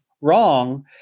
wrong